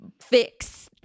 fix